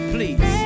Please